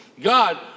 God